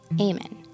Amen